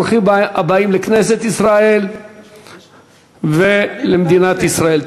ברוכים הבאים לכנסת ישראל ולמדינת ישראל.